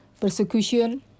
Persecution